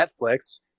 Netflix